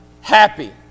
happy